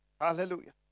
Hallelujah